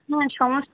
হ্যাঁ সমস্ত